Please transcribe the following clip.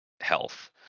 health